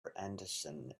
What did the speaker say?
henderson